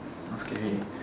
not scary